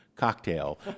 cocktail